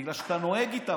בגלל שאתה נוהג איתם.